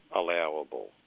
allowable